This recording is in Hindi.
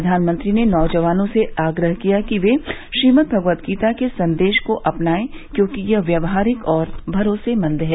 प्रधानमंत्री ने नौजवानों से आग्रह किया कि ये श्रीमद्भगवतगीता के संदेश को अपनायें क्योंकि यह व्यावहारिक और भरोसेमंद है